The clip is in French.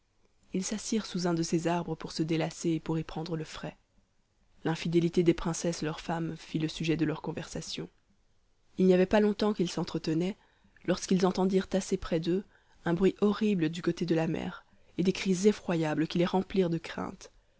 ils s'assirent sous un de ces arbres pour se délasser et pour y prendre le frais l'infidélité des princesses leurs femmes fit le sujet de leur conversation il n'y avait pas longtemps qu'ils s'entretenaient lorsqu'ils entendirent assez près d'eux un bruit horrible du côté de la mer et des cris effroyables qui les remplirent de crainte